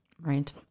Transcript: Right